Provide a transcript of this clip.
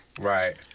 Right